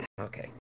okay